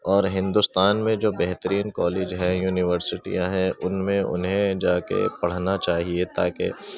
اور ہندوستان میں جو بہترین کالج ہیں یونیورسٹیاں ہیں ان میں انہیں جا کے پڑھنا چاہیے تاکہ